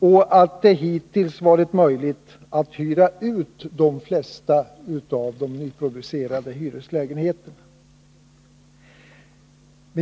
Hittills har det därigenom också varit möjligt att hyra ut de flesta av de nyproducerade lägenheterna.